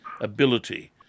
ability